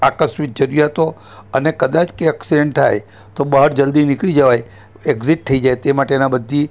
આકસ્મિક જરૂરિયાતો અને કદાચ કે એક્સિડંટ થાય તો બહાર જલ્દી નીકળી જવાય એક્સિટ થઈ જાય તે માટેના બધી